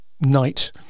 night